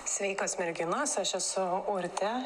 sveikos merginos aš esu urtė